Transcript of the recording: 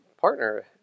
partner